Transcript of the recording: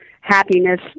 happiness